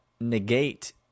negate